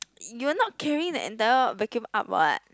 you're not carrying the enter vacuum up [what]